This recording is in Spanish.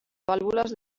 válvulas